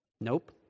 Nope